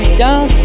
down